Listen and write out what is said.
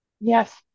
Yes